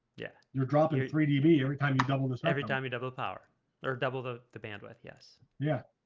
yeah, you're dropping a three db every time you double this every time you double power. there are double the the bandwidth. yes. yeah